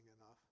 enough